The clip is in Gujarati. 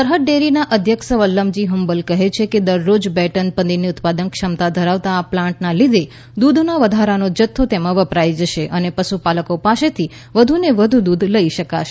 સરહદ ડેરીના અધ્યક્ષ વલમજી હુંબલ કહે છે કે દર રોજ બે ટન પનીરની ઉત્પાદન ક્ષમતા ધરાવતા આ પ્લાન્ટને લીધે દૂધનો વધારાનો જથ્થો તેમાં વપરાઇ જશે અને પશુપાલક પાસેથી વધુને વધુ દૂધ લઈ શકશે